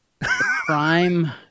Prime